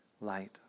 light